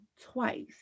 twice